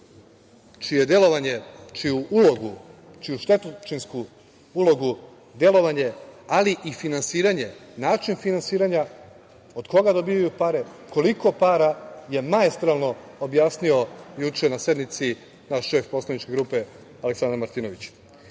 čije delovanje, čiju ulogu, čiju štetočinsku ulogu, delovanje, ali i finansiranje, način finansiranja od koga dobijaju pare, koliko para, maestralno je objasnio juče na sednici, naš šef poslaničke grupe Aleksandar Martinović.